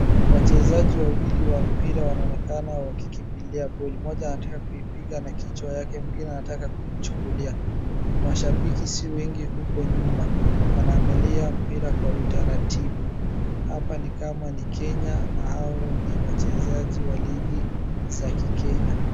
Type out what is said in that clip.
Wachezaji wawili wa mpira wanaonekana wakikimbilia goli. Mmoja anataka kuipiga na kichwa yake mwingine anataka kumchukulia. Mashabiki si wengi huko nyuma. Wanaangalia mpira kwa utaratibu. Hapa ni kama ni Kenya, na hao ni wachezaji wa ligi za kikenya.